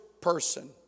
person